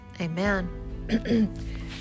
Amen